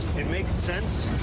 it makes sense,